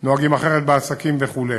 "נוהגים אחרת בעסקים" וכו'.